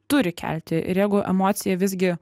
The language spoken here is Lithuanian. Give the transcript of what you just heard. turi kelti ir jeigu emocija visgi